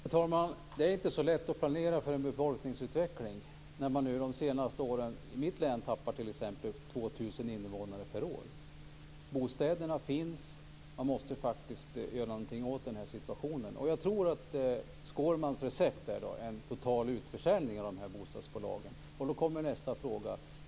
Fru talman! Det är inte så lätt att planera för en befolkningsutveckling. Under de senaste åren tappar man t.ex. 2 000 invånare per år i mitt hemlän. Bostäderna finns, men man måste göra någonting åt situationen. Jag tror att Skårmans recept innebär en total utförsäljning av dessa bostadsbolag, och då kommer nästa fråga.